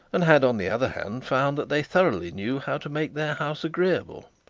and had, on the other hand, found that they thoroughly knew how to make their house agreeable.